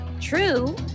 True